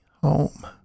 home